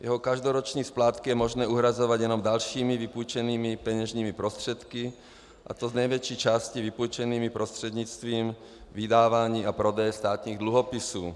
Jeho každoroční splátky je možné uhrazovat jenom dalšími vypůjčenými peněžními prostředky, a to z největší části vypůjčenými prostřednictvím vydávání a prodeje státních dluhopisů.